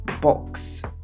box